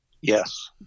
Yes